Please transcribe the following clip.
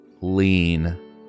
lean